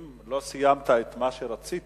אם לא סיימת את מה שרצית,